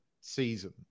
season